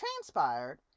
transpired